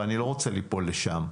ואני לא רוצה ליפול לשם.